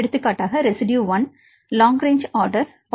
எடுத்துக்காட்டாக ரெஸிட்யு எண் 1 long range order 0